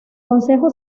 concejo